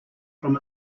from